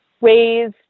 ways